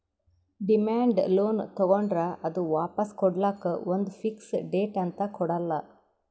demand loan ತಗೋಂಡ್ರ್ ಅದು ವಾಪಾಸ್ ಕೊಡ್ಲಕ್ಕ್ ಒಂದ್ ಫಿಕ್ಸ್ ಡೇಟ್ ಅಂತ್ ಕೊಡಲ್ಲ